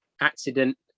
accident